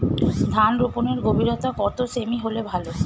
ধান রোপনের গভীরতা কত সেমি হলে ভালো?